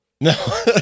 No